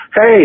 Hey